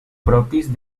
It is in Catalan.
propis